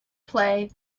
play